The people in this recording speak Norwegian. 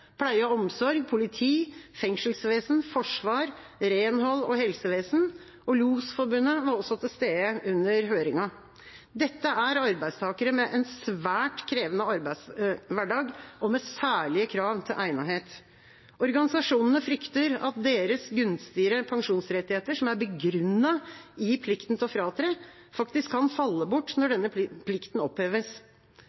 pleie og omsorg, politi, fengselsvesen, forsvar, renhold og helsevesen. Losforbundet var også til stede under høring. Dette er arbeidstakere med en svært krevende arbeidshverdag og med særlige krav til egnethet. Organisasjonene frykter at deres gunstigere pensjonsrettigheter, som er begrunnet i plikten til å fratre, faktisk kan falle bort når